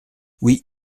oui